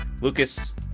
Lucas